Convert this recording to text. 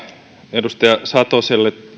edustaja satoselle